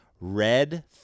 red